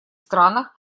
странах